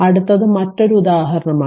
അടുത്തത് മറ്റൊരു ഉദാഹരണമാണ്